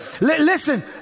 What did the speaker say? listen